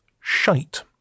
Shite